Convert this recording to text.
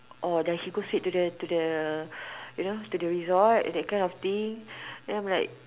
or does she go straight to the to the you know to the resort that kind of thing then I'm like